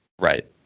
Right